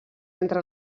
entre